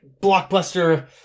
blockbuster